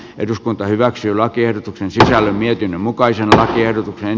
eduskunta hyväksyy lakiehdotuksen sisällä mietin mukaisena tiedotuksen